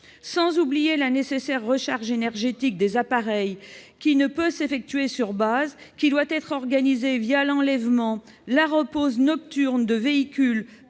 plus oublier la nécessaire recharge énergétique des appareils : comme elle ne peut s'effectuer que sur base, elle doit être organisée l'enlèvement et la repose nocturnes des véhicules